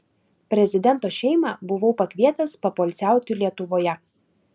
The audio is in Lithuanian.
prezidento šeimą buvau pakvietęs papoilsiauti lietuvoje